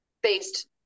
based